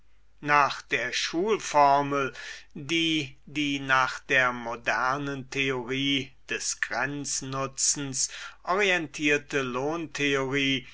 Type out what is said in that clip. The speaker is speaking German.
nach der schulformel die die nach der modernen theorie des grenznutzens orientierte